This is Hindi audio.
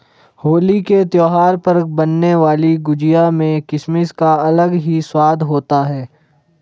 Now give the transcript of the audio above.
होली के त्यौहार पर बनने वाली गुजिया में किसमिस का अलग ही स्वाद होता है